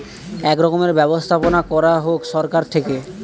এক রকমের ব্যবস্থাপনা করা হোক সরকার থেকে